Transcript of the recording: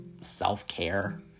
self-care